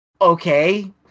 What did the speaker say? okay